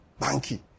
Banky